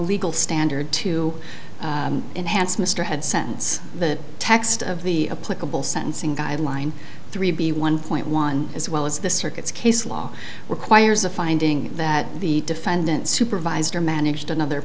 legal standard to enhance mr head sentence the text of the political sentencing guideline three b one point one as well as the circuit's case law requires a finding that the defendant supervised or managed another